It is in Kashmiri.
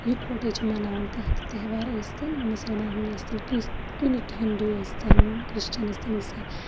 یِکوَٹے چھِ مَناوان کانہہ تہِ تیٚہوار ٲسۍ تن مسلمانن ہُند ٲسۍ تن کُنہِ تہِ ہِندوٗ ٲسۍ تن کرشچن ٲسۍ تن عیٖسای